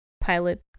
pilot